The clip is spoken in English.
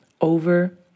over